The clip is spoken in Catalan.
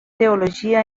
teologia